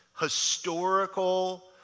historical